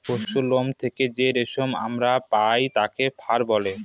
পশুরলোম থেকে যে রেশম আমরা পায় তাকে ফার বলে